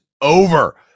over